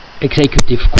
executive